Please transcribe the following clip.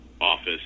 office